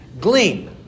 glean